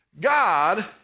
God